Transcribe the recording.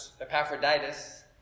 Epaphroditus